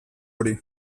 hori